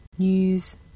news